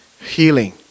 healing